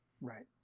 right